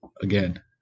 again